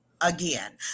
again